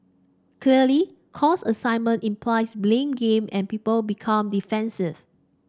clearly cause assignment implies blame game and people become defensive